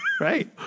right